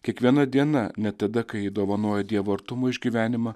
kiekviena diena net tada kai dovanoja dievo artumo išgyvenimą